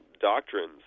doctrines